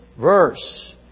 verse